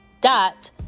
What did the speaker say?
dot